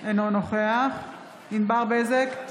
אינו נוכח ענבר בזק,